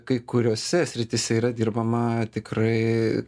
kai kuriose srityse yra dirbama tikrai